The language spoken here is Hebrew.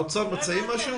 האוצר מציעים משהו?